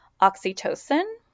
oxytocin